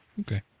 Okay